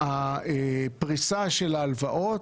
הפריסה של ההלוואות,